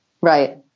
right